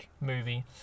movie